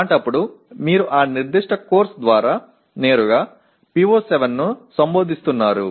அந்த வழக்கில் நீங்கள் அந்த குறிப்பிட்ட பாடத்திட்டத்தின் மூலம் நேரடியாக PO7 ஐ உரையாற்றுகிறீர்கள்